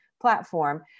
Platform